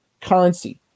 currency